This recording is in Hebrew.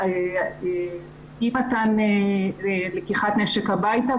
של אי מתן לקיחת נשק הביתה.